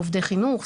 עובדי חינוך,